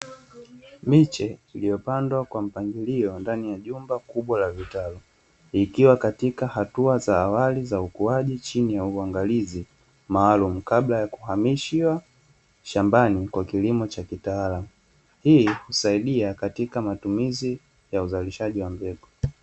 Miche iliyopandwa kwa mpangilio ndani ya jumba kubwa la vitalu, ikiwa katika hatua za awali za ukuaji chini ya uangalizi maalumu kabla ya kuhamishiwa shambani kwa kilimo cha kitaalamu, hii husaidia katika matumizi ya uzalishaji wa mbegu.